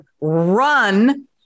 run